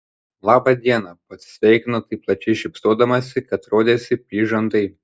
laba diena pasisveikino taip plačiai šypsodamasi kad rodėsi plyš žandai